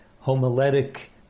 homiletic